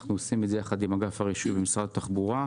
אנחנו עושים את זה יחד עם אגף הרישוי ומשרד התחבורה.